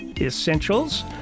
Essentials